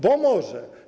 Bo może.